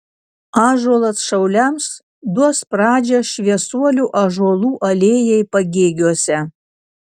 ąžuolas šauliams duos pradžią šviesuolių ąžuolų alėjai pagėgiuose